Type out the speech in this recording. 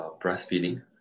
breastfeeding